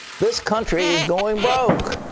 this country is going broke.